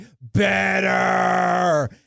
better